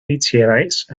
meteorites